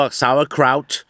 sauerkraut